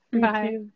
bye